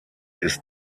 ist